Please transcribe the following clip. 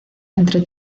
entre